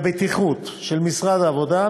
והבטיחות של משרד העבודה,